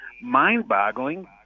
mind-boggling